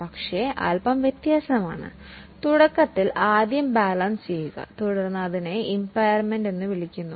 പക്ഷേ അൽപ്പം വ്യത്യസ്തമാണ് തുടക്കത്തിൽ ആദ്യം ബാലൻസ് തുടർന്ന് അതിനെ ഇമ്പയർമെൻറ് എന്ന് വിളിക്കുന്നു